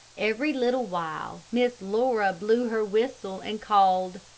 every little while miss laura blew her whistle, and called,